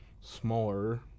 smaller